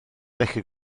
felly